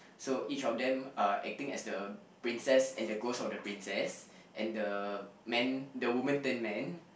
so each of them uh acting as the princess and the ghost of the princess and the man the woman turn man